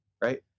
right